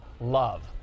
love